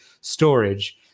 storage